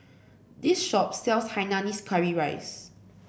this shop sells Hainanese Curry Rice